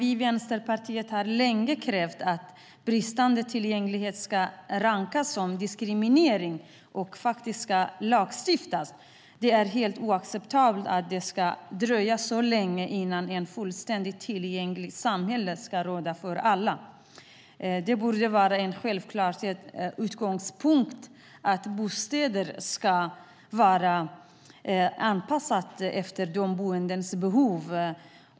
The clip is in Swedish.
Vi i Vänsterpartiet har länge krävt att bristande tillgänglighet ska rankas som diskriminering och att det ska lagstiftas. Det är helt oacceptabelt att det ska dröja så länge innan ett fullständigt tillgängligt samhälle ska råda för alla. Det borde vara en självklar utgångspunkt att bostäder ska vara anpassade efter de boendes behov.